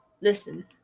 Listen